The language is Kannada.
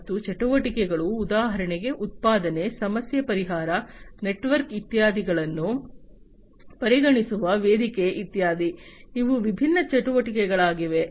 ಮತ್ತು ಚಟುವಟಿಕೆಗಳು ಉದಾಹರಣೆಗೆ ಉತ್ಪಾದನೆ ಸಮಸ್ಯೆ ಪರಿಹಾರ ನೆಟ್ವರ್ಕ್ ಇತ್ಯಾದಿಗಳನ್ನು ಪರಿಗಣಿಸುವ ವೇದಿಕೆ ಇತ್ಯಾದಿ ಇವು ವಿಭಿನ್ನ ಚಟುವಟಿಕೆಗಳಾಗಿವೆ